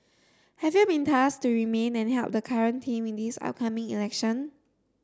have you been tasked to remain and help the current team in this upcoming election